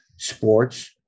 sports